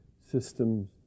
systems